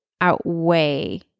outweigh